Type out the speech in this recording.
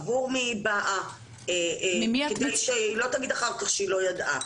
עבור מי היא באה כדי שהיא לא תגיד אחר כך שהיא לא ידעה.